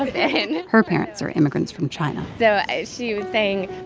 in her parents are immigrants from china so she was saying,